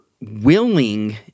willing